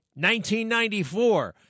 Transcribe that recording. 1994